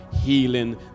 healing